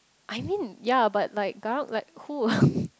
I mean yea but like garang like who